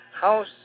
house